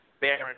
Baron